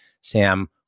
Sam